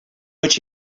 which